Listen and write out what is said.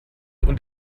und